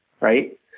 Right